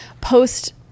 post